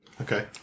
Okay